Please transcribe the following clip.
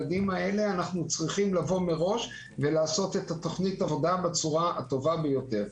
אנחנו צריכים לבוא מראש ולעשות את תכנית העבודה בצורה הטובה ביותר.